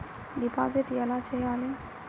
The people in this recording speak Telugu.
డిపాజిట్ ఎలా చెయ్యాలి?